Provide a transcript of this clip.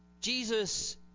Jesus